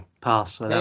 Pass